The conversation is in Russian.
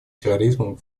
терроризмом